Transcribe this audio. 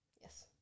Yes